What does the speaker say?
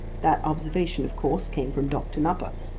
that observation, of course, came from doctor nupper.